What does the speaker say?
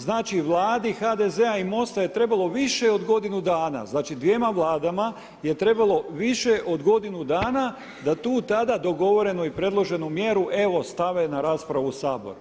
Znači Vladi HDZ-a i MOST-a je trebalo više od godinu dana, znači dvjema Vladama je trebalo više od godinu dana da tu tada dogovorenu i predloženu mjeru evo stave na raspravu u Sabor.